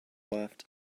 left